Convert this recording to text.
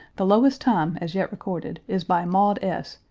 the lowest time as yet recorded is by maud s.